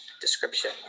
description